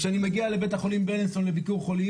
כשאני מגיע לבית החולים בלינסון לביקור חולים